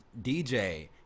DJ